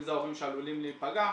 אם זה ההורים שעלולים להיפגע.